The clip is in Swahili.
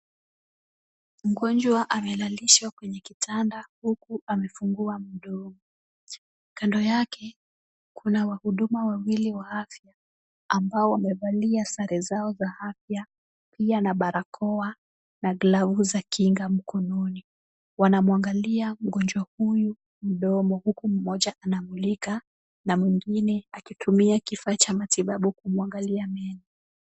Mgonjwa amelalishwa kwenye kitanda huku amefungua mdomo. Kando yake kuna wahudumu wawili wa afya ambao wamevalia sare zao za afya pia na barakoa na glavu za kinga mikononi. Wanamwangalia mgonjwa huyu mdomo huku mmoja anamulika na mwengine akitumia kifaa cha matibabu kumwangalia meno.